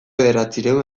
bederatziehun